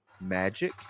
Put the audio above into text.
magic